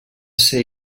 ser